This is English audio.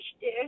dish